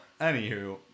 Anywho